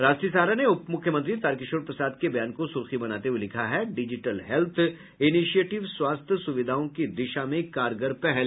राष्ट्रीय सहारा ने उपमुख्यमंत्री तारकिशोर प्रसाद के बयान को सुर्खी बनाते हुये लिखा है डिजिटल हेल्थ इनीशिएटिव स्वास्थ्य सुविधाओं की दिशा में कारगर पहल